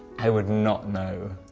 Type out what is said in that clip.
i would not know